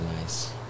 nice